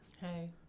hey